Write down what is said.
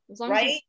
Right